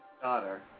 Daughter